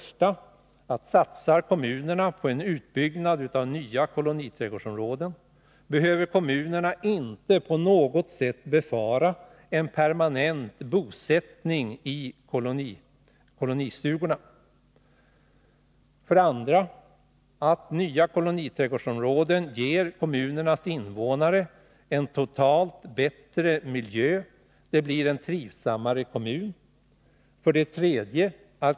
Satsar kommunerna på en utbyggnad av nya koloniträdgårdsområden, behöver kommunerna inte på något sätt befara en permanent bosättning i kolonistugorna. 2. Nya koloniträdgårdsområden ger kommunernas invånare en totalt sett bättre miljö. Det blir en trivsammare kommun. 3.